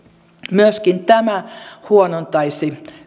myöskin tämä huonontaisi